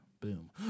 Boom